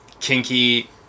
kinky